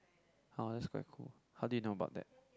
oh that's quite cool how did you know about that